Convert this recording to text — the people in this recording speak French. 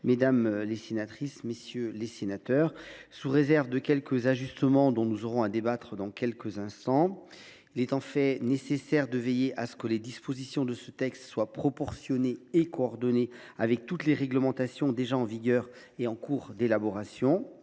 mesdames les sénatrices, messieurs les sénateurs, sous réserve de quelques ajustements dont nous aurons à débattre dans quelques instants. Il est, en effet, nécessaire de veiller à ce que les dispositions de ce texte soient proportionnées et coordonnées avec toutes les réglementations en vigueur ou en cours d’élaboration.